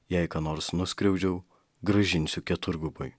jei ką nors nuskriaudžiau grąžinsiu keturgubai